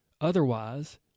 Otherwise